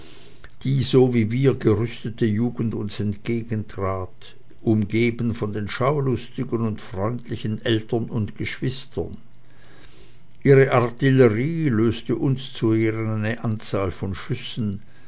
die so wie wir gerüstete jugend uns entgegentrat umgeben von den schaulustigen und freundlichen eltern und geschwistern ihre artillerie löste uns zu ehren eine anzahl von schüssen